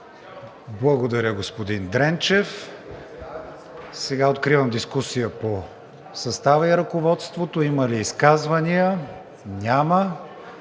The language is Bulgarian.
Благодаря, господин Дренчев. Откривам дискусията по състава и ръководството. Има ли изказвания? Няма.